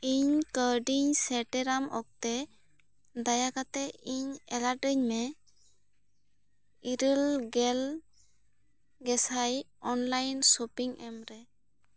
ᱤᱧ ᱠᱟᱹᱣᱰᱤᱧ ᱥᱮᱴᱮᱨᱟᱢ ᱚᱠᱛᱮ ᱫᱟᱭᱟᱠᱟᱛᱮ ᱤᱧ ᱮᱞᱟᱨᱴᱼᱟᱧ ᱢᱮ ᱤᱨᱟᱹᱞ ᱜᱮᱞ ᱜᱮᱥᱟᱭ ᱚᱱᱞᱟᱭᱤᱱ ᱥᱚᱯᱤᱝ ᱮᱢ ᱨᱮ